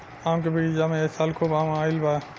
आम के बगीचा में ए साल खूब आम आईल बा